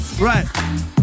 Right